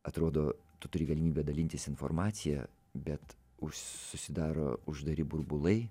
atrodo tu turi galimybę dalintis informacija bet susidaro uždari burbulai